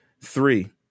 Three